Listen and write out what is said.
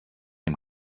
dem